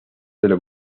del